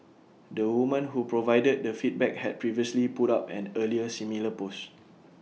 the woman who provided the feedback had previously put up an earlier similar post